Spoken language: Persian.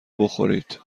بخورید